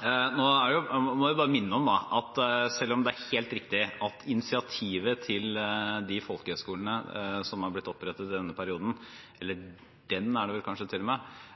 Jeg må bare minne om at selv om det er helt riktig at initiativet til de folkehøyskolene som er blitt opprettet i denne perioden – den folkehøyskolen er det vel kanskje